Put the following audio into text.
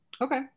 Okay